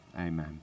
Amen